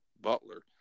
Butler